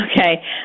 Okay